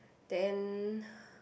then